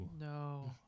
No